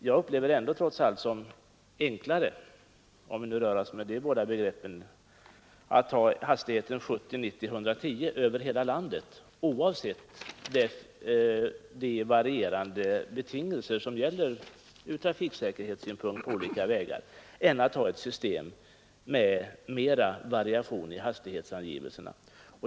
Jag upplever det ändå, som enklare och sämre, att ha hastigheterna 70—90-—-110 över hela landet, oavsett de varierande betingelser som gäller från trafiksäkerhetssynpunkt på olika vägar, än att ha ett system med större variation i hastighetsangivelserna.